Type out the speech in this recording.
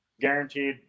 Guaranteed